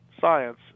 science